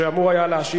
שאמור היה להשיב,